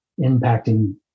impacting